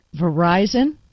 Verizon